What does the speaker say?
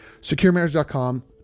securemarriage.com